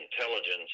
intelligence